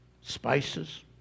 spices